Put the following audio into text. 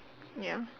ya